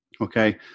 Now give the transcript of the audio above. Okay